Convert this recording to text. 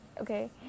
okay